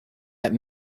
that